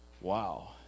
Wow